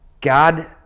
God